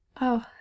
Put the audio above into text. Oh